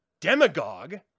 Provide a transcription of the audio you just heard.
demagogue